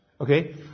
Okay